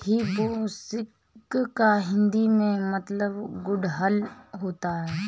hibiscus का हिंदी में मतलब गुड़हल होता है